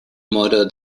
moro